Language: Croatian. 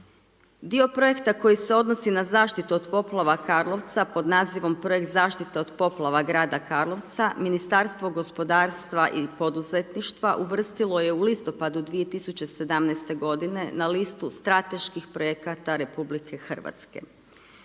Dio projekta koji se odnosi na zaštitu od poplava Karlovca, pod nazivom projekt zaštita od poplava grada Karlovca, ministarstvo gospodarstva i poduzetništva, uvrstilo je u listopadu 2017. g. na listu strateških projekata RH.